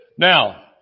Now